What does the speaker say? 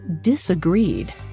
disagreed